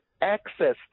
access